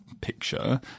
picture